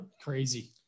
crazy